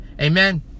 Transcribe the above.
Amen